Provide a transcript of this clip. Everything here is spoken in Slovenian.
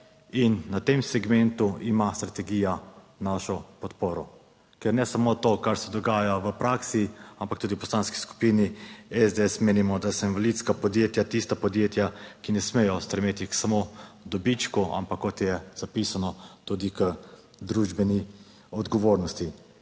in na tem segmentu ima strategija našo podporo. Ker ne samo to, kar se dogaja v praksi, ampak tudi v Poslanski skupini SDS menimo, da so invalidska podjetja tista podjetja, ki ne smejo stremeti k samo dobičku, ampak kot je zapisano, tudi k družbeni odgovornosti.